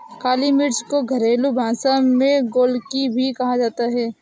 काली मिर्च को घरेलु भाषा में गोलकी भी कहा जाता है